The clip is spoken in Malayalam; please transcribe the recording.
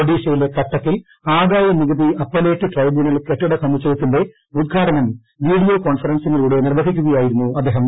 ഒഡിഷയിലെ കട്ടക്കിൽ ആദായ നികുതി അപ്പലേറ്റ് ട്രിബ്യൂണൽ കെട്ടിട സമുച്ചയത്തിന്റെ ഉദ്ഘാടനം വീഡിയോ കോൺഫറൺസിംഗിലൂടെ നിർവഹിക്കുകയായിരുന്നു അദ്ദേഹം